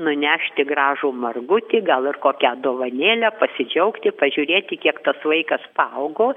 nunešti gražų margutį gal ir kokią dovanėlę pasidžiaugti pažiūrėti kiek tas vaikas paaugo